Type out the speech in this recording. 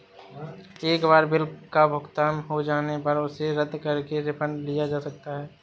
एक बार बिल का भुगतान हो जाने पर उसे रद्द करके रिफंड नहीं लिया जा सकता